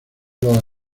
los